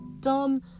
dumb